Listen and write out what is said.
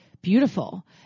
beautiful